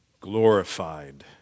glorified